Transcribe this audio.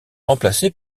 remplacé